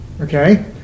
okay